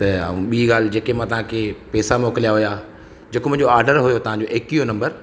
त ऐं ॿी ॻाल्हि जेके मां तव्हांखे पैसा मोकिलिया हुआ जेको मुंहिंजो ऑडर हुओ तव्हांजो एकवीह नंबर